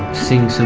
sing